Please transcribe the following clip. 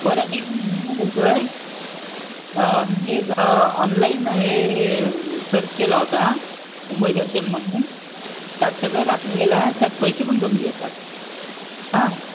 बरं ऐक ना मी काय बोलतो आहे मी एक ऑनलाईन हे सर्च केला होता मुंबई दर्शन म्हणून त्यात सगळं दाखवलेलं आहे त्यात पैसे पण कमी घेतात आं